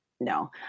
no